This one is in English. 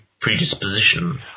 predisposition